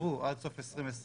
שאושרו בוועדה עד סוף 2020,